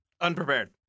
Unprepared